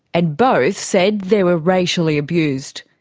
and both said there were racially abused.